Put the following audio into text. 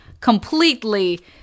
completely